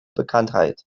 bekanntheit